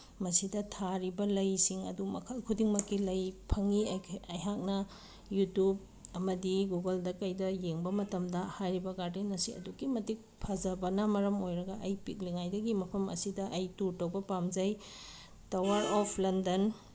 ꯃꯁꯤꯗ ꯊꯥꯔꯤꯕ ꯂꯩꯁꯤꯡ ꯑꯗꯨ ꯃꯈꯜ ꯈꯨꯗꯤꯡꯃꯛꯀꯤ ꯂꯩ ꯐꯪꯉꯤ ꯑꯩꯍꯥꯛꯅ ꯌꯨꯇꯨꯕ ꯑꯃꯗꯤ ꯒꯨꯒꯜꯗ ꯀꯩꯗ ꯌꯦꯡꯕ ꯃꯇꯝꯗ ꯍꯥꯏꯔꯤꯕ ꯒꯥꯔꯗꯦꯟ ꯑꯁꯤ ꯑꯗꯨꯛꯀꯤ ꯃꯇꯤꯛ ꯐꯖꯕꯅ ꯃꯔꯝ ꯑꯣꯏꯔꯒ ꯑꯩ ꯄꯤꯛꯂꯤꯉꯥꯏꯗꯒꯤ ꯃꯐꯝ ꯑꯁꯤꯗ ꯑꯩ ꯇꯨꯔ ꯇꯧꯕ ꯄꯥꯝꯖꯩ ꯇꯋꯥꯔ ꯑꯣꯐ ꯂꯟꯗꯟ